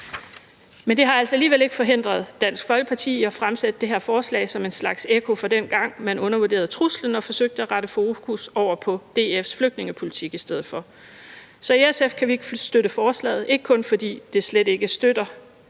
Men det har altså alligevel ikke forhindret Dansk Folkeparti i at fremsætte det her forslag som en slags ekko fra dengang, hvor man undervurderede truslen og forsøgte at rette fokus over på DF's flygtningepolitik i stedet for. Så i SF kan vi ikke støtte forslaget, ikke kun fordi vi slet ikke støtter